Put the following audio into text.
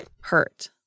hurt